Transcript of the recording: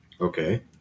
Okay